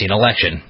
election